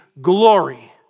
glory